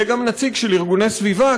יהיה גם נציג של ארגוני סביבה,